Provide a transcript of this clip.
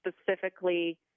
specifically